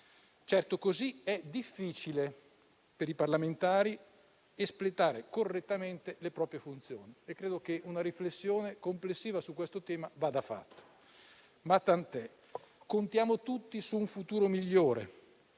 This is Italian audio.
Certo, così è difficile per i parlamentari espletare correttamente le proprie funzioni e credo che una riflessione complessiva su questo tema vada fatta. Contiamo tutti su un futuro migliore,